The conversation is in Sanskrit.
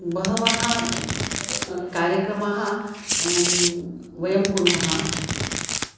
बहवः कार्यक्रमान् वयं कुर्मः